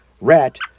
Rat